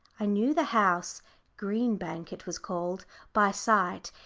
i knew the house green bank, it was called by sight.